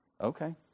Okay